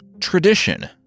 tradition